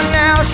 now